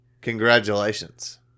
Congratulations